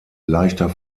leichter